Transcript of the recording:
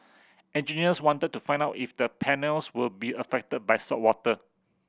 engineers wanted to find out if the panels would be affected by saltwater